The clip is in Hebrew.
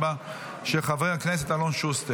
עובדו המשרת במילואים בנסיבות חירום)